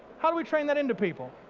how do we train that into people?